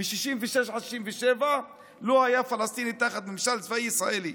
מ-66' עד 67' לא היה פלסטיני תחת ממשל צבאי ישראלי,